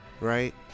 right